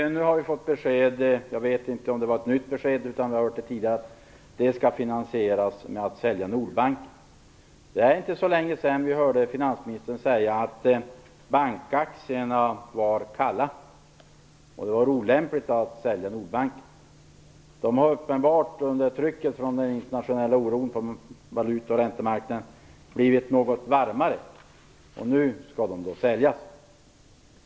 Vi har nu fått besked - jag vet inte om det var ett nytt besked eller om det är samma som vi har fått tidigare - att finansieringen skall ske genom att man säljer Nordbanken. Det är inte så länge sedan vi hörde finansministern säga att bankaktierna var kalla. Det var då olämpligt att sälja Nordbanken. Aktierna har uppenbarligen under trycket av den internationella oron på valuta och räntemarknaden blivit något varmare. Nu skall de säljas.